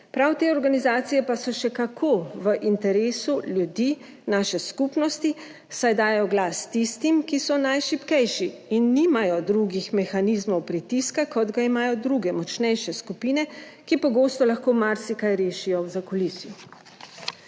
Prav te organizacije pa so še kako v interesu ljudi naše skupnosti, saj dajejo glas tistim, ki so najšibkejši in nimajo drugih mehanizmov pritiska, kot ga imajo druge, močnejše skupine, ki pogosto lahko marsikaj rešijo v zakulisju.